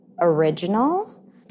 original